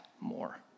more